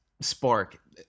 spark